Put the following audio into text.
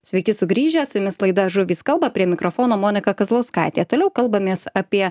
sveiki sugrįžę su jumis laida žuvys kalba prie mikrofono monika kazlauskaitė toliau kalbamės apie